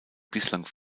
bislang